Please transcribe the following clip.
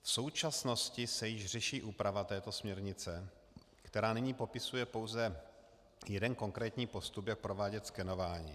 V současnosti se již řeší úprava této směrnice, která nyní popisuje pouze jeden konkrétní postup, jak provádět skenování.